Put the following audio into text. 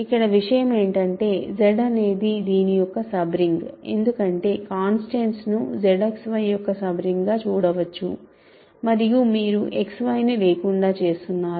ఇక్కడ విషయం ఏంటంటే Z అనేది దీని యొక్క సబ్ రింగ్ ఎందుకంటే కాన్స్టెంట్స్ ను ZXY యొక్క సబ్ రింగ్ గా చూడవచ్చు మరియు మీరు X Y ని లేకుండా చేస్తున్నారు